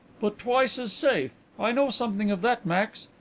but twice as safe. i know something of that, max.